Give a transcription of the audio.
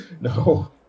no